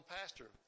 pastor